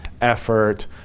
effort